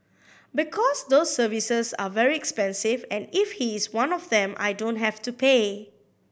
because those services are very expensive and if he is one of them I don't have to pay